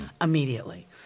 immediately